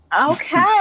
Okay